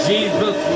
Jesus